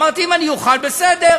אמרתי: אם אני אוכל, בסדר.